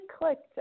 clicked